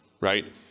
right